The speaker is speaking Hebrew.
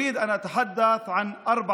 אני רוצה לדבר על ארבע